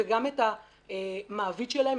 וגם את המעביד שלהם,